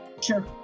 Sure